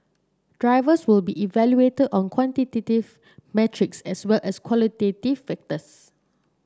drivers will be evaluated on quantitative metrics as well as qualitative factors